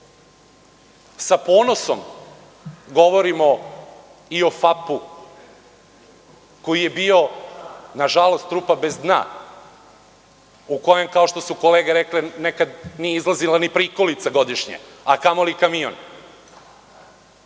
ponosom govorimo i o „FAP-u“ koji je bio nažalost, rupa bez dna, u kojem, kao što su kolege rekle, nekada nije izlazila ni prikolica godišnje, a kamo li kamion.